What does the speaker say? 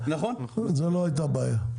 זו לא הייתה הבעיה.